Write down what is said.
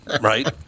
Right